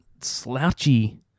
slouchy